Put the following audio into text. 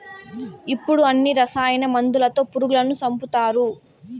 ఇప్పుడు అన్ని రసాయన మందులతో పురుగులను సంపుతారు